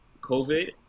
COVID